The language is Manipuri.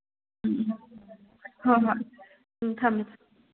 ꯎꯝ ꯍꯣꯏ ꯍꯣꯏ ꯎꯝ ꯊꯝꯃꯦ ꯊꯝꯃꯦ